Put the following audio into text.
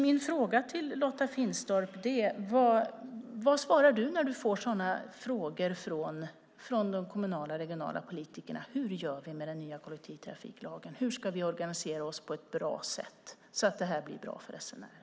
Min fråga till Lotta Finstorp är: Vad svarar du när du får sådana frågor från de kommunala och regionala politikerna som: Hur gör vi med den nya kollektivtrafiklagen? Hur ska vi organisera oss på ett bra sätt så att det blir bra för resenärerna?